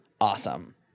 awesome